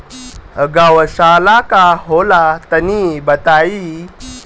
गौवशाला का होला तनी बताई?